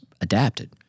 adapted